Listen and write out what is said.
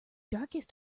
darkest